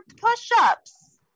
push-ups